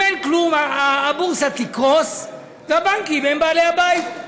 אם אין כלום, הבורסה תקרוס, והבנקים הם בעלי-הבית.